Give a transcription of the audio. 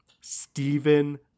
Stephen